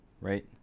right